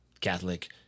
Catholic